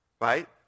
right